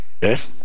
Yes